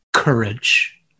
courage